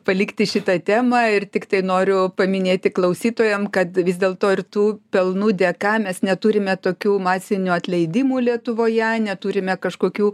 palikti šitą temą ir tiktai noriu paminėti klausytojam kad vis dėlto ir tų pelnų dėka mes neturime tokių masinių atleidimų lietuvoje neturime kažkokių